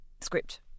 script